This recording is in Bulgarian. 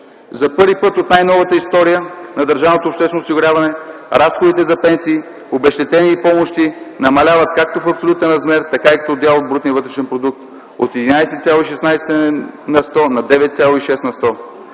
За първи път от най-новата история на държавното обществено осигуряване разходите за пенсии, обезщетения и помощи намаляват както в абсолютен размер, така и като дял в брутния вътрешен продукт – от 11,16 на сто на 9,6 на сто.